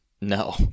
No